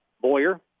Boyer